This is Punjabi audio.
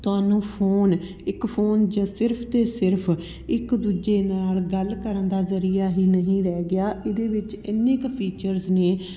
ਤੁਹਾਨੂੰ ਫੋਨ ਇੱਕ ਫੋਨ ਜੇ ਸਿਰਫ ਤੇ ਸਿਰਫ ਇੱਕ ਦੂਜੇ ਨਾਲ ਗੱਲ ਕਰਨ ਦਾ ਜ਼ਰੀਆ ਹੀ ਨਹੀਂ ਰਹਿ ਗਿਆ ਇਹਦੇ ਵਿੱਚ ਇੰਨੇ ਕੁ ਫੀਚਰਸ ਨੇ